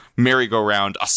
Merry-go-round